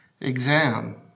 Exam